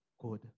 good